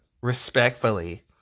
respectfully